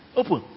open